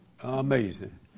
Amazing